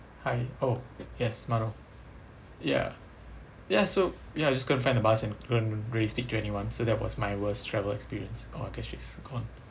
hi oh yes ya ya so ya just couldn't find my bus and couldn't really speak to anyone so that was my worst travel experience oh I guess she's gone